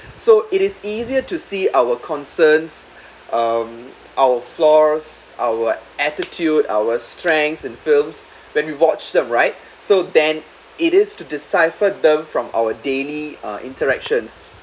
so it is easier to see our concerns um our flaws our attitude our strength and films when we watched them right so then it is to decipher them from our daily uh interactions